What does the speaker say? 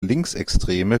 linksextreme